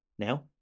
Now